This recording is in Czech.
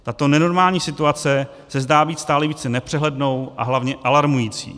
Tato nenormální situace se zdá být stále více nepřehlednou a hlavně alarmující.